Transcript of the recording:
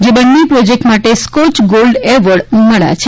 જે બન્ને પ્રોજેક્ટ માટે સ્કોચ ગોલ્ડ એવોર્ડ મળેલ છે